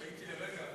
תהיתי לרגע,